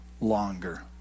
longer